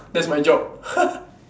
that's my job